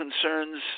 concerns